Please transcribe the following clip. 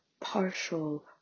partial